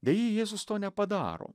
deja jėzus to nepadaro